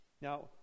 Now